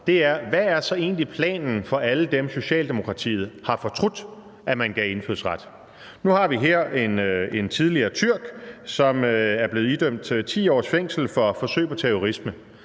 er: Hvad er så egentlig planen for alle dem, Socialdemokratiet har fortrudt at man gav indfødsret? Nu har vi her en tidligere tyrk, som er blevet idømt 10 års fængsel for forsøg på terrorisme;